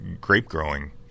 grape-growing